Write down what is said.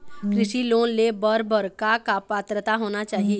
कृषि लोन ले बर बर का का पात्रता होना चाही?